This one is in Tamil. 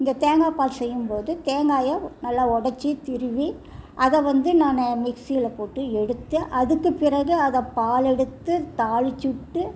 இந்த தேங்காய் பால் செய்யும் போது தேங்காயை நல்லா உடச்சி திருவி அதை வந்து நான் மிக்சியில போட்டு எடுத்து அதுக்கு பிறகு அதை பால் எடுத்து தாளிச்சு விட்டு